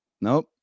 nope